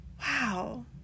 wow